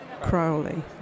Crowley